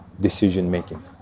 decision-making